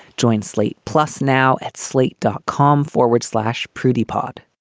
joint slate plus now at slate, dot com forward slash prudy pod